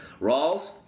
Rawls